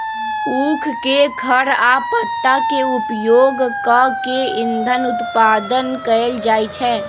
उख के खर आ पत्ता के उपयोग कऽ के इन्धन उत्पादन कएल जाइ छै